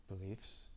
beliefs